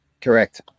Correct